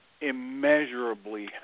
immeasurably